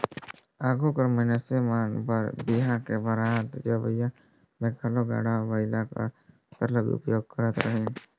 आघु कर मइनसे मन बर बिहा में बरात जवई में घलो गाड़ा बइला कर सरलग उपयोग करत रहिन